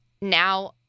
Now